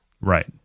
Right